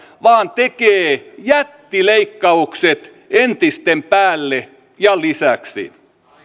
vaan tekee jättileikkaukset entisten päälle ja lisäksi hallitus